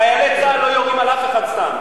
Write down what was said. חיילי צה"ל לא יורים על אף אחד סתם.